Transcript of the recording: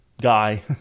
guy